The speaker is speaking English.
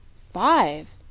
five,